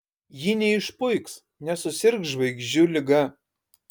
ji neišpuiks nesusirgs žvaigždžių liga